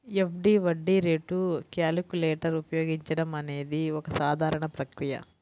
FD వడ్డీ rate calculator ఉపయోగించడం అనేది ఒక సాధారణ ప్రక్రియ